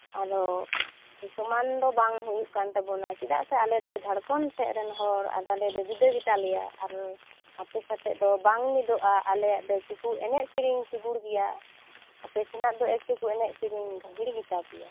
ᱟᱫᱚ ᱥᱚᱢᱟᱱ ᱫᱚ ᱵᱟᱝ ᱦᱩᱭᱩᱜ ᱠᱟᱱ ᱛᱟᱵᱚᱱᱟ ᱪᱮᱫᱟᱜ ᱥᱮ ᱟᱞᱮ ᱫᱚ ᱡᱷᱟᱲᱠᱷᱚᱱ ᱥᱮᱫ ᱨᱮᱱ ᱦᱚᱲ ᱟᱫᱚ ᱟᱞᱮ ᱫᱚ ᱡᱩᱫᱟᱹ ᱜᱮᱛᱟᱞᱮᱭᱟ ᱟᱨ ᱟᱯᱮ ᱥᱟᱛᱮᱜ ᱫᱚ ᱵᱟᱝ ᱢᱤᱫᱚᱜᱼᱟ ᱟᱞᱮᱭᱟᱜ ᱫᱚ ᱮᱱᱮᱡ ᱥᱮᱨᱮᱧ ᱪᱩᱜᱩᱲ ᱜᱮᱭᱟ ᱟᱯᱮ ᱥᱮᱱᱟᱜ ᱫᱚ ᱮᱠᱴᱩᱠᱩ ᱮᱱᱮᱡ ᱥᱮᱨᱮᱧ ᱜᱟᱹᱦᱤᱨ ᱜᱮᱛᱟ ᱯᱮᱭᱟ